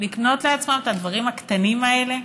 לקנות לעצמם את הדברים הקטנים האלה.